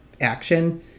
action